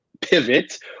pivot